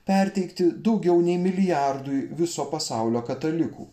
perteikti daugiau nei milijardui viso pasaulio katalikų